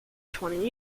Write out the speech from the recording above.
twenty